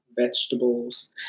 vegetables